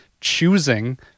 choosing